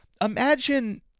Imagine